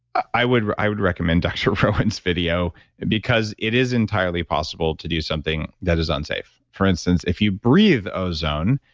i would i would recommend dr. rowen's video because it is entirely possible to do something that is unsafe. for instance, if you breathe ozone,